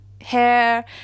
hair